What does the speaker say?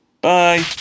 Bye